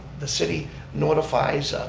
the city notifies,